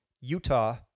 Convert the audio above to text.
Utah